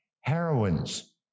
heroines